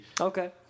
Okay